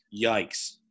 yikes